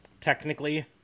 Technically